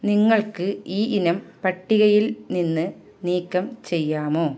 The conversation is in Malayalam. നിങ്ങൾക്ക് ഈ ഇനം പട്ടികയിൽ നിന്ന് നീക്കം ചെയ്യാമോ